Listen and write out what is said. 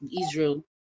Israel